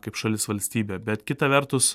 kaip šalis valstybė bet kita vertus